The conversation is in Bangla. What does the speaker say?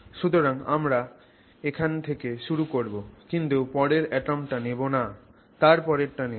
সুতরাং আমরা এখান থেকে শুরু করবো কিন্তু পরের অ্যাটম টা নেবো না তার পরেরটা নেবো